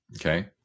Okay